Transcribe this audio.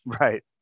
Right